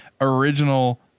original